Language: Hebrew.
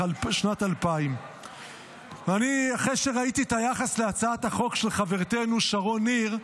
שנת 2000. אחרי שראיתי את היחס להצעת החוק של חברתנו שרון ניר,